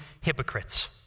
hypocrites